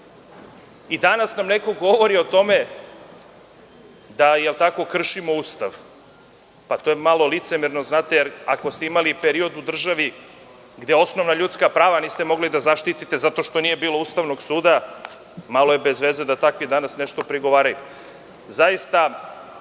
Danas nam neko govori o tome da kršimo Ustav, pa to je malo licemerno. Ako ste imali period u državi gde osnovna ljudska prava niste mogli da zaštite zato što nije bilo Ustavnog suda, malo je bez veze da takvi prigovaraju. Moram